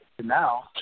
now